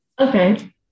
Okay